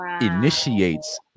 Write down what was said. initiates